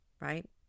right